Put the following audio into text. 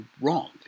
wrong